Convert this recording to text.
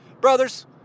brothers